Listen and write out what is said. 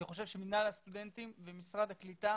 אני חושב שמינהל הסטודנטים ומשרד הקליטה